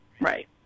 right